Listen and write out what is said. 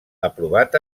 aprovat